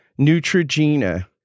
Neutrogena